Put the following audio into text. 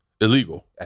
Illegal